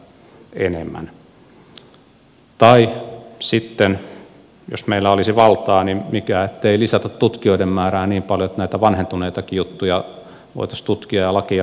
tai sitten jos meillä olisi valtaa niin mikä ettei lisättäisiin tutkijoiden määrä niin paljon että näitä vanhentuneitakin juttuja voitaisiin tutkia ja lakia muuttaa